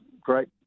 great